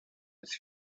was